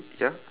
ya